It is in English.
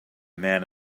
man